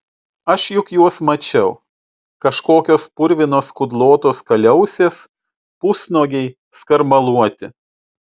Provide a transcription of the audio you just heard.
aš juk juos mačiau kažkokios purvinos kudlotos kaliausės pusnuogiai skarmaluoti